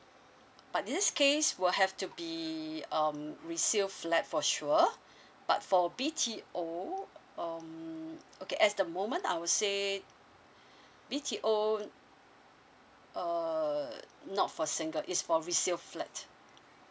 but this case will have to be um resale flat for sure but for B_T_O um okay as the moment I would say B_T_O uh not for single it's for resale flat